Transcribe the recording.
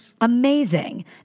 Amazing